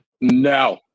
No